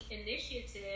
Initiative